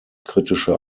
kritische